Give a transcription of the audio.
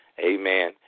Amen